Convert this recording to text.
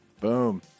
Boom